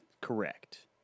Correct